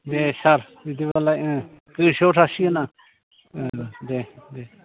दे सार बिदिबालाय ओं गोसोआव थासिगोन आं औ दे दे